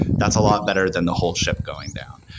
that's a lot better than the whole ship going down.